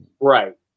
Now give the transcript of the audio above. Right